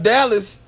Dallas